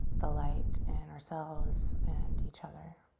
the light in ourselves and each other.